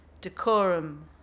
Decorum